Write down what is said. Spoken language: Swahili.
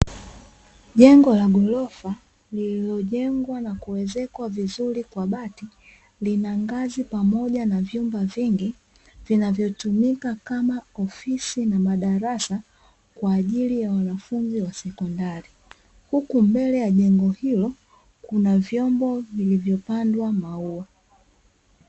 Jengo la ghorofa lililojengwa nakuezekwa vizuri kwa bati, lina ngazi pamoja na vyumba vingi vinavyotumika kama ofisi na madarasa kwa ajili ya wanafunzi wa sekondari, huku mbele ya jengo hilo kuna vyombo vilivyopandwa maua.